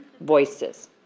voices